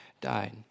died